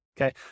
Okay